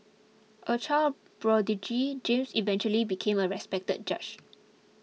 a child prodigy James eventually became a respected judge